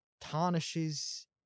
tarnishes